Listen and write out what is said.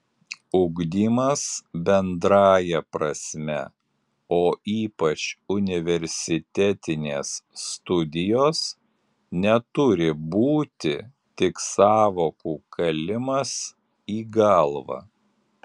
ugdymas bendrąja prasme o ypač universitetinės studijos neturi būti tik sąvokų kalimas į galvą